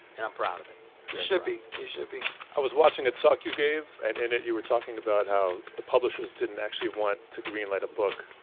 and i'm proud of it you should be. you should be i was watching a talk you gave and and you were talking about how the publishers didn't actually want to greenlight a book.